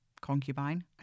Concubine